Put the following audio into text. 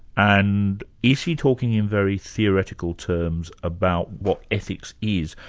and is he talking in very theoretical terms about what ethics is,